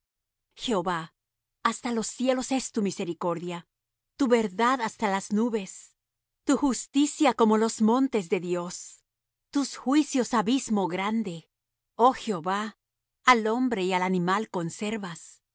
jehová hasta los cielos es tu misericordia tu verdad hasta las nubes tu justicia como los montes de dios tus juicios abismo grande oh jehová al hombre y al animal conservas